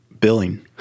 billing